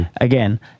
again